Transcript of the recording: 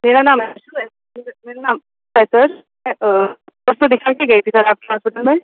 मेरा नाम मेरा नाम है सर मैं परसों दिखा के गईं थी सर आपके हॉस्पिटल में